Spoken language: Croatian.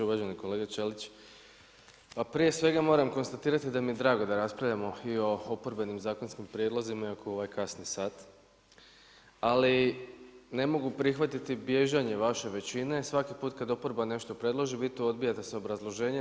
Uvaženi kolega Ćelić, prije svega moram konstatirati da mi je drago da raspravljamo i o oporbenim zakonskim prijedlozima iako u ovaj kasni sat, ali ne mogu prihvatiti bježanje vaše većine, svaki put kada oporba nešto predloži vi to odbijate sa obrazloženjem.